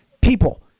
people